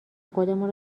خودمان